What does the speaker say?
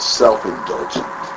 self-indulgent